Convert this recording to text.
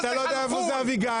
אתה לא יודע איפה זה אביגיל.